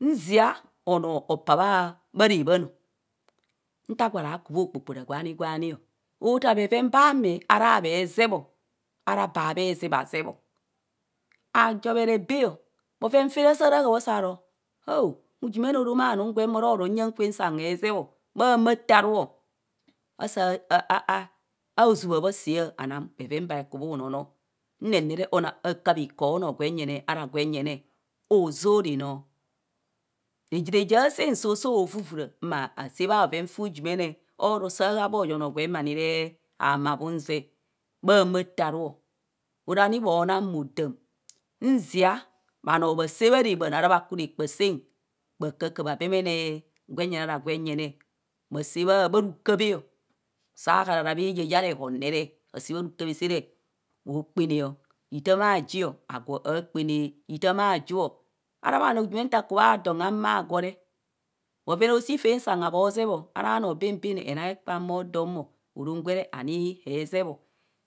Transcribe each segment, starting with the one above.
Nzia onoo opaa bha raabhan nta agwa ra bu bho kpokpora gwani gwani o otaa bheven bee ame ara bhe zeebho ara baa the zee abhzeebo ayobhere bee o bhoven faa re saa ro hao ujumene oro manum gwem oraro nyo kwem saa hazeebo bhama taa aru o, asaa a a azubha bho asaa amang bheven bha ku bhu noono nanere onang akaap ikoo onoo gwen jenne ara gwen jenne ozoraa noo neje re je asaan soo’soo vuvure maa saa bhoven foa ujumene oro saa haa bho yonoo gwem manire haa ma bhun zee, bha maa taa aru o. ora ni moona moo dam nizia lehanoo bha saa bharaabhan rabhaku rakpaasen bhakaabaa bha bemene gwen jene ara gwen jene, bha saa bha rukaabhe saa kharara bhayaa saa rehom ọ bha saa bha rukaabha saara bhokpana o itham ajio okpaana ithen aju o, arabhana ujumine ntu kubha don a mma agwo re abhoven shii faam saa habho zeeb o, ara noo baan baan enang ekpan bho doo mo orom and hee zeeb o,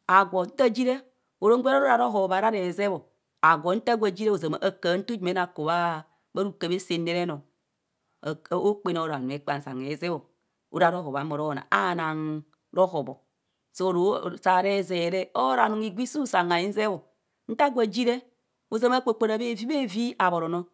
agwo nta ji ne orom gwere oro ara rohop maa ra rezeebo ọ agwo nta gwo jire ozaama a kaa nto jumene aku bha rukaabha saan ne ri noo, okpaana oro ekapan saan hee zeeb ọ ara rohob amo ro naa, anang rohobọ saa re zeeb re, oro anum higwa i suu sang hizeebọ nta agwo agire ozama akpokpora bhevibhevi abhoro noo.